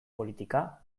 politika